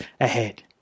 ahead